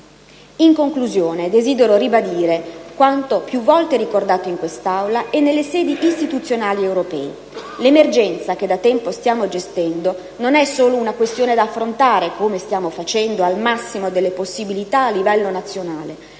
In conclusione, desidero ribadire quanto più volte ricordato in quest'Aula e nelle sedi istituzionali europee: l'emergenza, che da tempo stiamo gestendo, non è solo una questione da affrontare, come stiamo facendo, al massimo delle possibilità a livello nazionale,